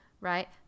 right